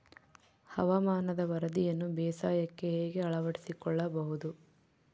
ಹವಾಮಾನದ ವರದಿಯನ್ನು ಬೇಸಾಯಕ್ಕೆ ಹೇಗೆ ಅಳವಡಿಸಿಕೊಳ್ಳಬಹುದು?